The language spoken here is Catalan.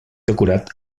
decorat